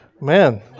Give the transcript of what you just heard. man